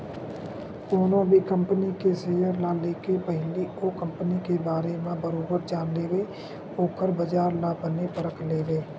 कोनो भी कंपनी के सेयर ल लेके पहिली ओ कंपनी के बारे म बरोबर जान लेवय ओखर बजार ल बने परख लेवय